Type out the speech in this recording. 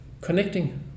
connecting